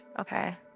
Okay